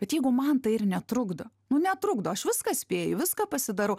bet jeigu man tai ir netrukdo nu netrukdo aš viską spėju viską pasidarau